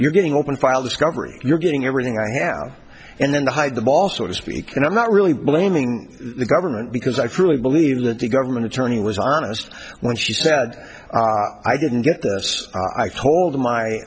you're getting open file discovery you're getting everything i have and then hide them also to speak and i'm not really blaming the government because i truly believe that the government attorney was honest when she said i didn't get this i told my